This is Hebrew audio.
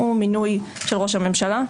הוא מינוי של ראש הממשלה.